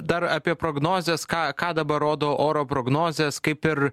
dar apie prognozes ką ką dabar rodo oro prognozės kaip ir